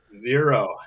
Zero